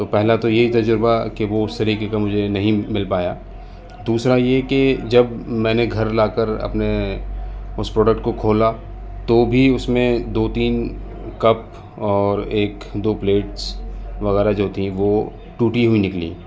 تو پہلا تو یہ تجربہ کہ وہ اس طریقے کا مجھے نہیں مل پایا دوسرا یہ کہ جب میں نے گھر لا کر اپنے اس پروڈکٹ کو کھولا تو بھی اس میں دو تین کپ اور ایک دو پلیٹس وغیرہ جو تھیں وہ ٹوٹی ہوئی نکلیں